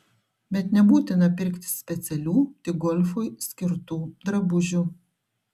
bet nebūtina pirkti specialių tik golfui skirtų drabužių